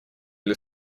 для